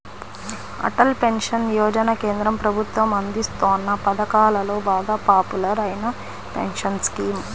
Atal pension యోజన కేంద్ర ప్రభుత్వం అందిస్తోన్న పథకాలలో బాగా పాపులర్ అయిన పెన్షన్ స్కీమ్